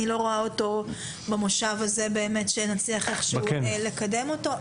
אני לא רואה איך נצליח איך שהוא לקדם אותו במושב הזה.